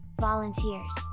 volunteers